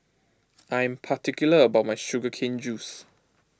I am particular about my Sugar Cane Juice